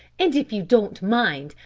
and if you don't mind,